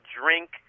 drink